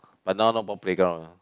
but now no more playground lah